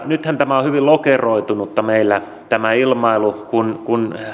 nythän tämä ilmailu on hyvin lokeroitunutta meillä kun kun